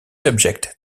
subject